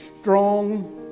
strong